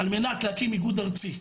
על מנת להקים איגוד ארצי.